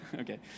Okay